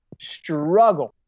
struggle